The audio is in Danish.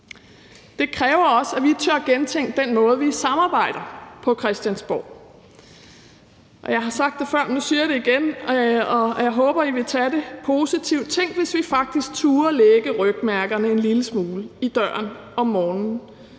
Det kræver også, at vi tør gentænke den måde, vi samarbejder på på Christiansborg, og jeg har sagt det før, men nu siger jeg det igen, og jeg håber, I vil tage det positivt: Tænk, hvis vi faktisk turde lægge rygmærkerne en lille smule uden for døren om morgenen,